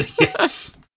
Yes